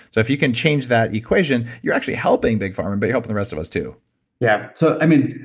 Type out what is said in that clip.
so if you can change that equation, you're actually helping big pharma but helping the rest of us too yeah. so i mean,